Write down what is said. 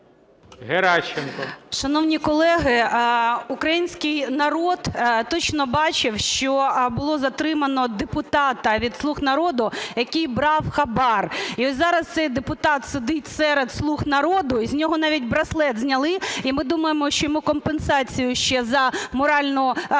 Шановні колеги, український народ точно бачив, що було затримано депутата від "слуг народу", який брав хабар. І от зараз цей депутат сидить серед "слуг народу", і з нього навіть браслет зняли, і ми думаємо, що йому компенсацію ще за моральний